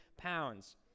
pounds